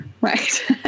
Right